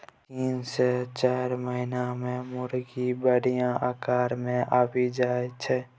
तीन सँ चारि महीना मे मुरगी बढ़िया आकार मे आबि जाइ छै